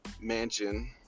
mansion